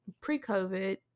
pre-COVID